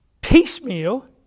piecemeal